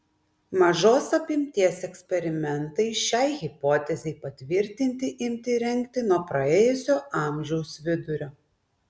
mažos apimties eksperimentai šiai hipotezei patvirtinti imti rengti nuo praėjusio amžiaus vidurio